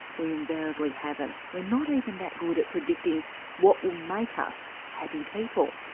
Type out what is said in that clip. we invariably haven't. we're not even that good at predicting what will make us happy people.